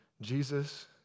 Jesus